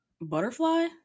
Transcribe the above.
butterfly